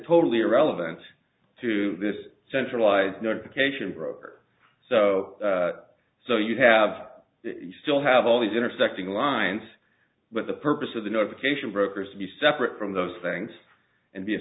totally irrelevant to this centralized notification for so so you have still have all these intersecting lines but the purpose of the notification brokers to be separate from those things and be a